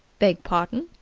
beg pardon,